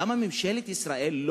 למה ממשלת ישראל,